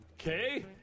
Okay